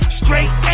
straight